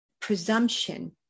Presumption